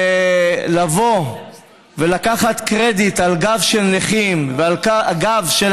ולבוא ולקחת קרדיט על גב של נכים ועל גבם של